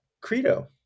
credo